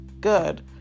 good